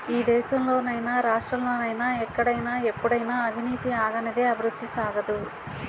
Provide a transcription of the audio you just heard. ఈ దేశంలో నైనా రాష్ట్రంలో నైనా ఎక్కడైనా ఎప్పుడైనా అవినీతి ఆగనిదే అభివృద్ధి సాగదు